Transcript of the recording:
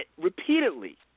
repeatedly